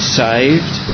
saved